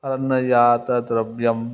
अरण्यजातं द्रव्यम्